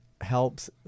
helps